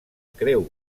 creu